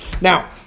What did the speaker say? now